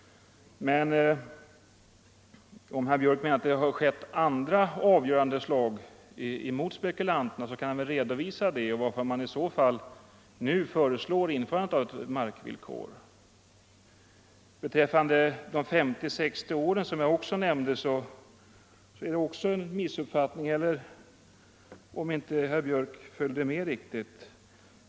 Men om herr Gustafsson menar att det skett andra avgörande slag mot markspekulanterna, kan han väl redovisa varför man i så fall nu föreslår införande av ett markvillkor. Beträffande de 50-60 åren kanske herr Gustafsson inte följde med riktigt.